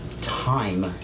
time